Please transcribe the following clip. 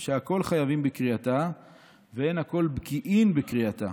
"שהכול חייבים בקריאתה ואין הכול בקיאין בקריאתה.